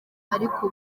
ariko